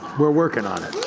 we're working on it.